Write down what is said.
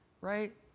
Right